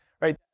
right